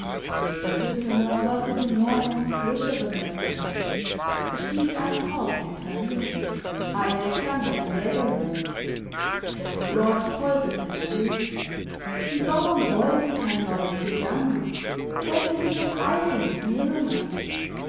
der süssener war für die neuen frischeren melodieen er spielte ein paar auf dem klavier eine klang wie ein jägerlied der koloss polterte dagegen die bauern wollten kein neues gesangbuch wollten sich das alte nicht nehmen lassen